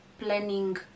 planning